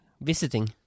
visiting